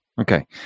Okay